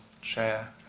share